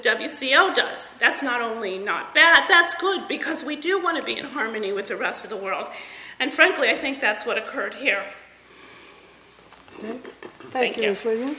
does that's not only not bad that's good because we do want to be in harmony with the rest of the world and frankly i think that's what occurred here thank you